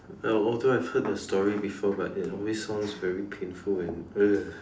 uh although I've heard the story before but it always sounds very painful and ugh